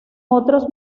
otros